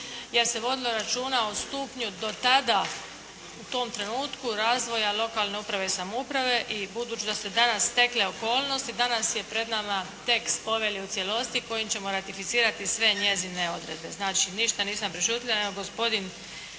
jer se vodilo računa o stupnju do tada u tom trenutku razvoja lokalne uprave i samouprave i budući da su se danas stekle okolnosti danas je pred nama tekst Povelje u cijelosti kojim ćemo ratificirati sve njezine odredbe. Znači ništa nisam prešutjela